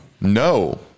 No